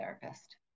therapist